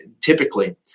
typically